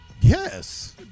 Yes